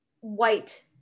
white